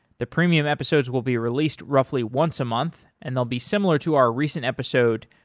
the premium episodes will be released roughly once a month and they'll be similar to our recent episode,